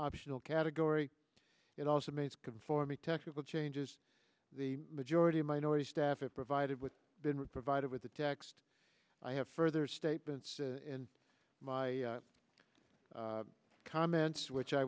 optional category it also means conforming technical changes the majority minority staff if provided with been provided with the text i have further statements in my comments which i